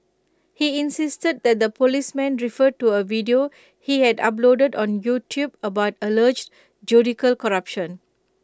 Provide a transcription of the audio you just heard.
he insisted that the policemen refer to A video he had uploaded on YouTube about alleged judicial corruption